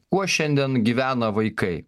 kuo šiandien gyvena vaikai